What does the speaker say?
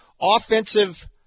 offensive